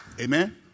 Amen